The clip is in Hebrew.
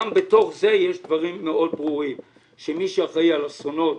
גם בתוך זה יש דברים מאוד ברורים של מי שאחראי על אסונות,